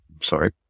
sorry